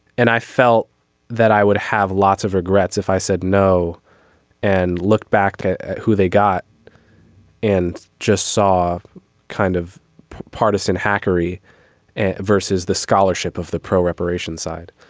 and i felt that i would have lots of regrets if i said no and looked back to who they got and just saw kind of partisan hackery versus the scholarship of the preparation side.